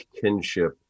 kinship